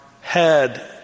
head